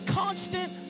constant